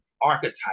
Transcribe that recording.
archetype